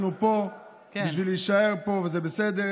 אנחנו פה בשביל להישאר פה, וזה בסדר.